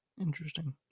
Interesting